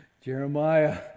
Jeremiah